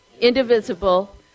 indivisible